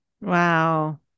Wow